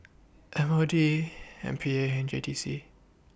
M O D M P A and J T C